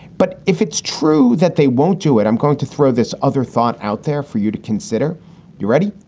but if it's true that they won't do it, i'm going to throw this other thought out there for you to consider you ready.